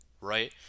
right